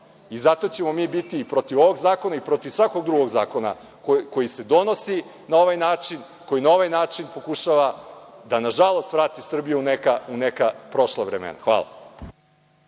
Zato ćemo mi biti i protiv ovog zakona i protiv svakog drugog zakona koji se donosi na ovaj način, koji na ovaj način pokušava nažalost da vrati Srbiju u neka prošla vremena. Hvala.